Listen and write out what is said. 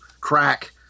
crack